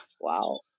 Wow